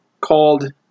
called